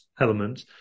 element